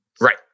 Right